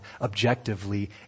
objectively